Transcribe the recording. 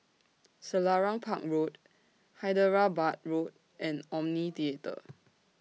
Selarang Park Road Hyderabad Road and Omni Theatre